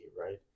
right